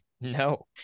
no